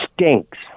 stinks